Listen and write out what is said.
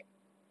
eh